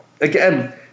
Again